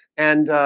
and